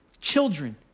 children